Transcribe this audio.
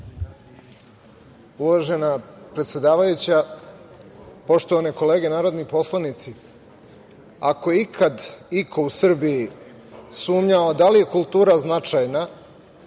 Uvažena predsedavajuća, poštovane kolege narodni poslanici. Ako je ikada iko u Srbiji sumnjao da li je kultura značajna,